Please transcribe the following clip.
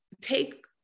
take